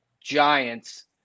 Giants